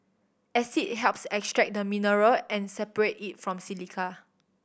acid helps extract the mineral and separate it from silica